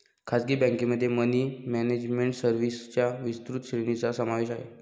खासगी बँकेमध्ये money management सर्व्हिसेसच्या विस्तृत श्रेणीचा समावेश आहे